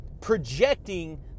projecting